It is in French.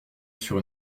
sur